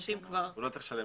הוא לא צריך לשלם.